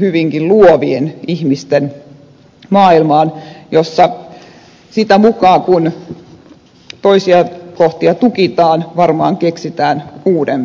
hyvinkin luovien ihmisten maailmaan jossa sitä mukaa kuin toisia kohtia tukitaan varmaan keksitään uusia